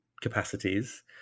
capacities